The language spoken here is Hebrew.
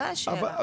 זאת השאלה.